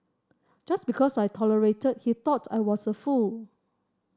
just because I tolerated he thought I was a fool